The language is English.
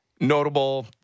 notable